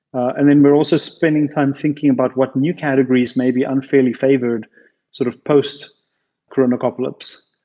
and and we're also spending time thinking about what new categories may be unfairly favored sort of post corona-pocalyse.